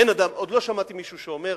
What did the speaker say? עוד לא שמעתי מישהו שאומר: